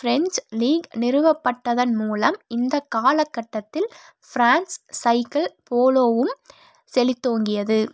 French லீ நிறுவப்பட்டதன் மூலம் இந்த காலக்கட்டத்தில் ஃபிரான்ஸ் சைக்கிள் போலோவும் செழித்தோங்கியது